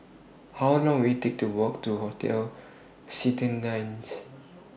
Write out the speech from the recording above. How Long Will IT Take to Walk to Hotel Citadines